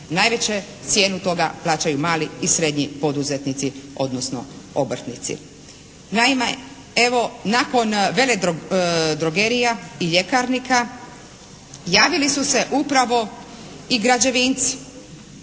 najviše cijenu toga plaćaju mali i srednji poduzetnici odnosno obrtnici. Naime evo nakon veledrogerija i ljekarnika javili su se upravo i građevinci.